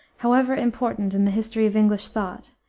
however important in the history of english thought,